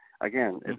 again